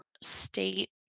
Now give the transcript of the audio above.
state